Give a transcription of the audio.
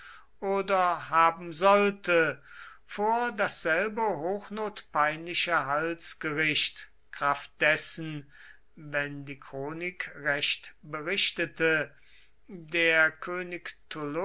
oder haben sollte vor dasselbe hochnotpeinliche halsgericht kraft dessen wenn die chronik recht berichtete der könig